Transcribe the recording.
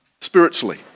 spiritually